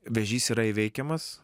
vėžys yra įveikiamas